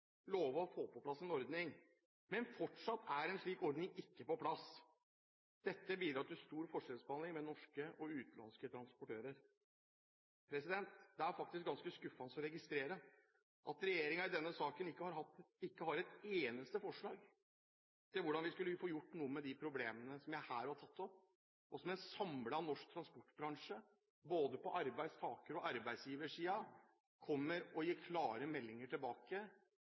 lovt å få på plass en ordning, men fortsatt er en slik ordning ikke på plass. Dette bidrar til stor forskjellsbehandling mellom norske og utenlandske transportører. Det er faktisk ganske skuffende å registrere at regjeringen i denne saken ikke har et eneste forslag til hvordan vi kan få gjort noe med de problemene jeg her har tatt opp, og som en samlet norsk transportbransje på både arbeidstaker- og arbeidsgiversiden gir klare meldinger tilbake